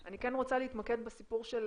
אני כן רוצה להתמקד בסיפור של